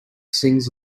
sings